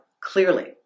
clearly